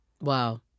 wow